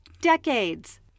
decades